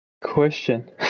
Question